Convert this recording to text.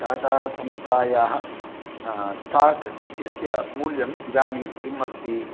टाटा संस्थायाः स्टाक् इत्यस्य मूल्यं इदानीं किम् अस्ति